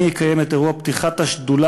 אני אקיים את אירוע פתיחת השדולה